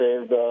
saved –